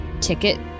ticket